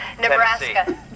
Nebraska